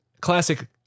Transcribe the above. classic